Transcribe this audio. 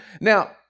Now